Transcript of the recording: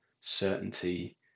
certainty